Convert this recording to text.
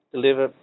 deliver